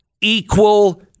equal